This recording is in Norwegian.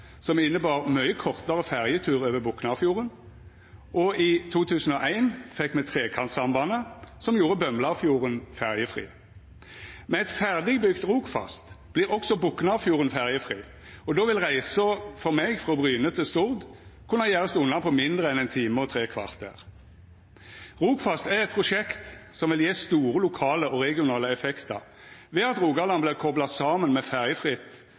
som innebar mykje kortare ferjetur over Boknafjorden, og i 2001 fekk me Trekantsambandet, som gjorde Bømlafjorden ferjefri. Med eit ferdigbygd Rogfast vert også Boknafjorden ferjefri, og då vil reisa for meg frå Bryne til Stord kunna gjerast unna på mindre enn ein time og tre kvarter. Rogfast er eit prosjekt som vil gje store lokale og regionale effektar ved at Rogaland vert kopla saman med ferjefritt